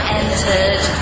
entered